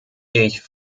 ich